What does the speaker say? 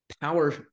power